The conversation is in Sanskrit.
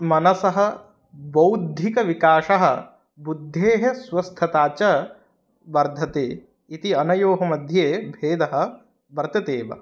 मनसः बौद्धिकविकासः बुद्धेः स्वस्थता च वर्धते इति अनयोः मध्ये भेदः वर्तते एव